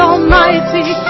Almighty